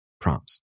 prompts